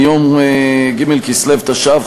מיום ג' בכסלו תשע"ו,